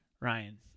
ryan